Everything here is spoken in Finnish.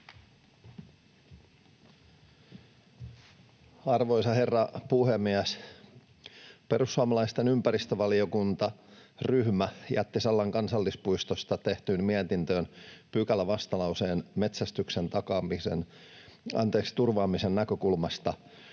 Arvoisa herra puhemies! Perussuomalaisten ympäristövaliokuntaryhmä jätti Sallan kansallispuistosta tehtyyn mietintöön pykälävastalauseen metsästyksen turvaamisen näkökulmasta,